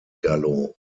gallo